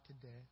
today